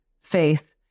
faith